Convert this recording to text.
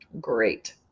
Great